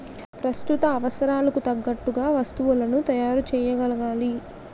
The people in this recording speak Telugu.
ప్రస్తుత అవసరాలకు తగ్గట్టుగా వస్తువులను తయారు చేయగలగాలి